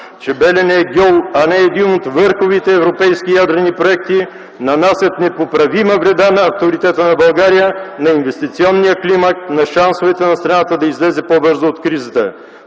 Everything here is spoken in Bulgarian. че „Белене” е гьол, а не един от върховите европейски ядрени проекти, нанасят непоправима вреда на авторитета на България, на инвестиционния климат, на шансовете на страната да излезе по-бързо от кризата.